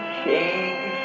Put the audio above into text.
change